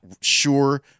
sure